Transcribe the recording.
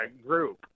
group